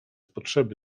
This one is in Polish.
potrzeby